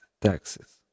taxes